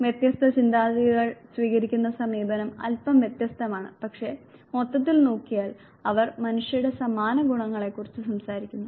വ്യത്യസ്ത ചിന്താഗതികൾ സ്വീകരിക്കുന്ന സമീപനം അല്പം വ്യത്യസ്തമാണ് പക്ഷേ മൊത്തത്തിൽ നോക്കിയാൽ അവർ മനുഷ്യരുടെ സമാന ഗുണങ്ങളെക്കുറിച്ച് സംസാരിക്കുന്നു